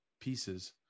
pieces